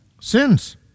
Sins